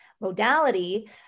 modality